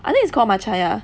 I think it's called Matchaya